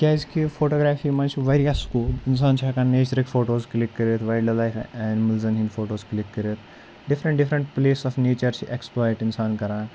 کیٛازِکہِ فوٹوگرافی منٛز چھِ واریاہ سُکوپ اِنسان چھِ ہٮ۪کان نیچرٕکۍ فوٹوز کِلِک کٔرِتھ وایلڈٕ لایف اٮ۪نمٕلزَن ہٕنٛدۍ فوٹوز کِلِک کٔرِتھ different different place of nature exploit اِنسان کَران